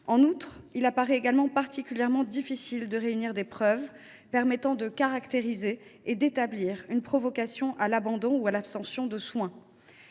En outre, il paraît particulièrement difficile de réunir des preuves permettant de caractériser et d’établir une provocation à l’abandon ou à l’abstention de soins.